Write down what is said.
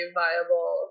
viable